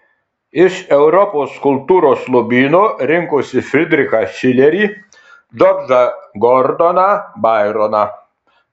iš europos kultūros lobyno rinkosi fridrichą šilerį džordžą gordoną baironą